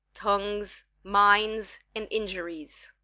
tongues, minds, and injuries.